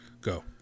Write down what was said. Go